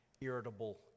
irritable